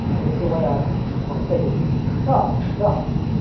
it is a way i have, it's my favourite word. karga, karga.